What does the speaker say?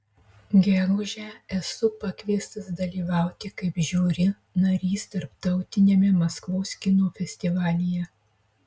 gegužę esu pakviestas dalyvauti kaip žiuri narys tarptautiniame maskvos kino festivalyje